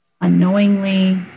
unknowingly